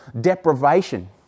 deprivation